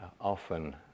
often